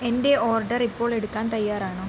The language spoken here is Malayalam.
എന്റെ ഓർഡർ ഇപ്പോൾ എടുക്കാൻ തയ്യാറാണോ